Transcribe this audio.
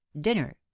dinner